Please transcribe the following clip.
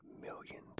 millions